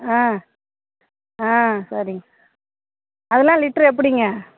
ஆ ஆ சரிங்க அதெலாம் லிட்டரு எப்படிங்க